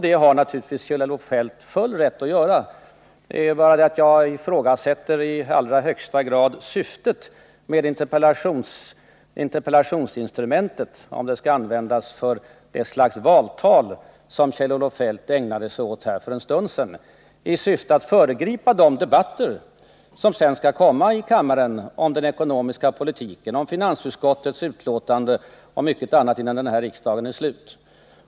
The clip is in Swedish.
Det har naturligtvis Kjell-Olof Feldt full rätt att göra. Men jag ifrågasätter syftet med interpellationsinstrumentet, om det skall användas för det slags valtal som Kjell-Olof Feldt ägnade sig åt här för en stund sedan i avsikt att föregripa de debatter som skall komma i kammaren om den ekonomiska politiken, om finansutskottets betänkande och mycket annat innan detta riksmöte är slut.